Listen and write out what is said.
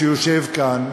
שיושב כאן,